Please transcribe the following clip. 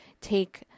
take